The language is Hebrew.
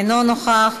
אינו נוכח,